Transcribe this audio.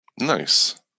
Nice